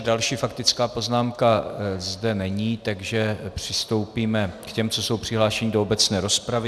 Další faktická poznámka zde není, takže přistoupíme k těm, co jsou přihlášeni do obecné rozpravy.